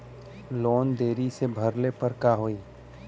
Loan देरी से भरले पर का होई?